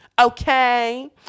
Okay